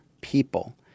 people